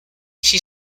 she